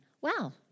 wow